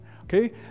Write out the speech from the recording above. Okay